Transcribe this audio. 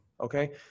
okay